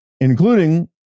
including